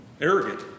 arrogant